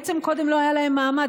בעצם קודם לא היה להם מעמד,